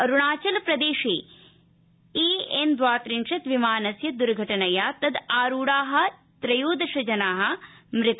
अरूणाचल प्रदेशे A N द्वात्रिशत् विमानस्य द्र्घटनया तदारूढा त्रयोदश जना मृता